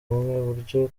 uburyo